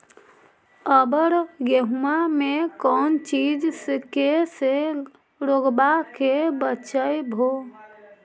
अबर गेहुमा मे कौन चीज के से रोग्बा के बचयभो?